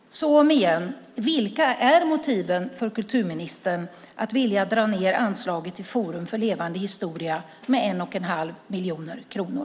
Återigen: Vilka är motiven för kulturministern att vilja dra ned anslaget till Forum för levande historia med 1 1⁄2 miljon kronor?